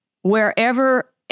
wherever